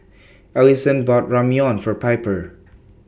Alyson bought Ramyeon For Piper